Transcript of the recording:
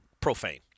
profane